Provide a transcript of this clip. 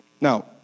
Now